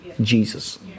Jesus